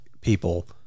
people